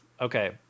okay